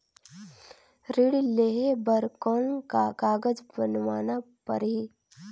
ऋण लेहे बर कौन का कागज बनवाना परही?